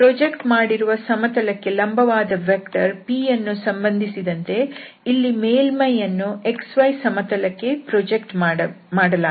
project ಮಾಡಿರುವ ಸಮತಲಕ್ಕೆ ಲಂಬವಾದ ವೆಕ್ಟರ್ p ಯನ್ನು ಸಂಬಂಧಿಸಿದಂತೆ ಇಲ್ಲಿ ಮೇಲ್ಮೈಯನ್ನು xy ಸಮತಲಕ್ಕೆ ಪ್ರೋಜೆಕ್ಟ್ ಮಾಡಲಾಗಿದೆ